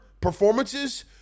performances